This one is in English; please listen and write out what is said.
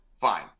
Fine